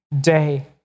day